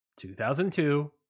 2002